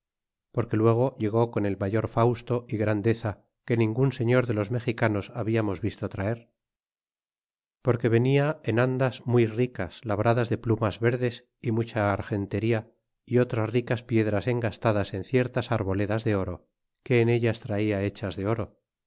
porque luego llegó con el mayor fausto y grandeza que ningun señor de los mexicanos hablamos visto traer porque venia en andas muy ricas labradas de plumas verdes y mucha argentería y otras ricas piedras engastadas en ciertas arboledas de oro que en ellas trala hechas de oro